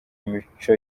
imico